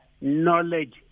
knowledge